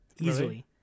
Easily